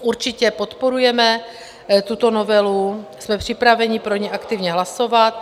Určitě podporujeme tuto novelu, jsme připraveni pro ni aktivně hlasovat.